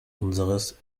unseres